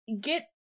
get